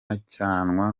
ajyanwa